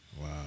Wow